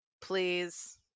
please